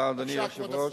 בבקשה, כבוד השר.